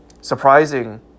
surprising